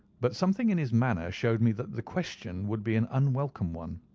but something in his manner showed me that the question would be an unwelcome one.